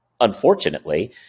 unfortunately